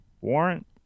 warrant